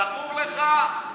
זכור לך שאתה חייב כמה מיליונים,